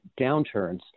downturns